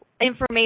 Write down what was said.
information